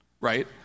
Right